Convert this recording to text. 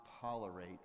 tolerate